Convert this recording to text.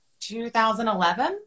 2011